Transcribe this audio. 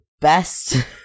best